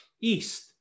east